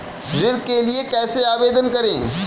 ऋण के लिए कैसे आवेदन करें?